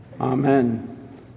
Amen